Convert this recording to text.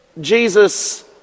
Jesus